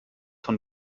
von